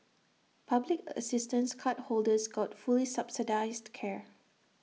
public assistance cardholders got fully subsidised care